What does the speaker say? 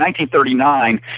1939